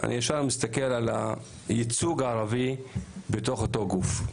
אני ישר מסתכל על הייצוג הערבי בתוך אותו גוף.